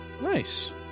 nice